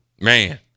man